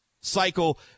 cycle